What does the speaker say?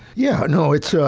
yeah, no, it's so